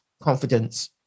confidence